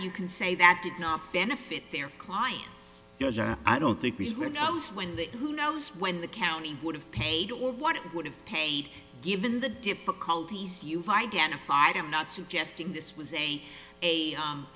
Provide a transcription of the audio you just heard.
you can say that did not benefit their clients i don't think we were knows when the who knows when the county would have paid or what it would have paid given the difficulties you've identified i'm not suggesting this was a a